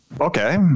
okay